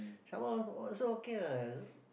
some more also okay what